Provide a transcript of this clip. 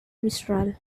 mistral